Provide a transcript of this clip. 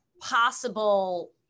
possible